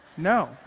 No